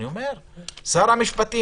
שר המשפטים,